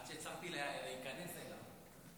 עד שהצלחתי להיכנס אליו.